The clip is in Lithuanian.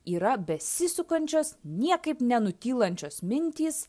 yra besisukančios niekaip nenutylančios mintys